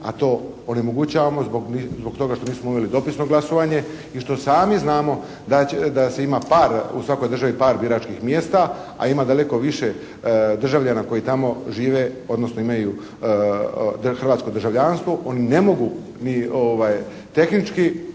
A to onemogućavamo zbog toga što nismo uveli dopisno glasovanje i što sami znamo da se ima par, u svakoj državi par biračkih mjesta a ima daleko više državljana koji tamo žive odnosno imaju hrvatsko državljanstvo. Oni ne mogu ni tehnički